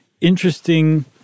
interesting